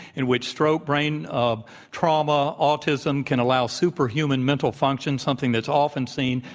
in which strobe brain um trauma, autism, can allow super human mental function, something that's often seen,